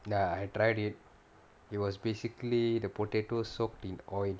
nah I've tried it it was basically the potato soaked in oil